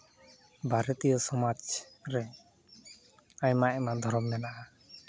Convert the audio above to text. ᱵᱷᱟᱨᱚᱛᱤᱭᱚ ᱥᱚᱢᱟᱡᱽ ᱨᱮ ᱟᱭᱢᱟ ᱟᱭᱢᱟ ᱫᱷᱚᱨᱚᱢ ᱢᱮᱱᱟᱜᱼᱟ